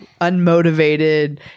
unmotivated